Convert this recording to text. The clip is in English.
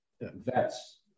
vets